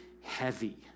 heavy